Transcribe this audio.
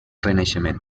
renaixement